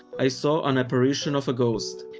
i saw an apparition of a ghost.